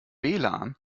lan